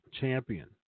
champion